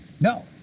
No